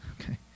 Okay